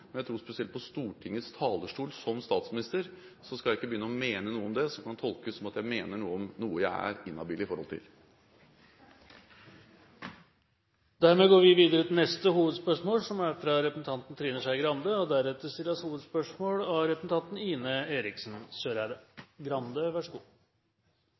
men jeg tror spesielt på Stortingets talerstol, som statsminister, skal jeg ikke begynne å mene noe om det som kan tolkes som at jeg mener noe om noe som jeg er inhabil i forhold til. Vi går til neste hovedspørsmål. Jeg er